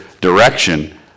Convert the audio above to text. direction